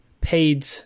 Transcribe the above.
paid